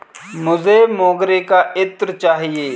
मुझे मोगरे का इत्र चाहिए